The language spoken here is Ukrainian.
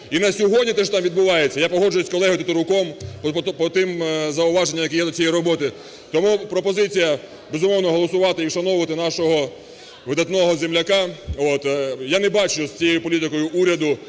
І на сьогодні те, що там відбувається, я погоджуюсь з колегою Тетеруком по тим зауваженням, які є до цієї роботи. Тому пропозиція: безумовно голосувати і вшановувати нашого видатного земляка. Я не бачу з цією політикою уряду,